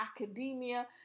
academia